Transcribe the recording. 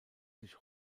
sich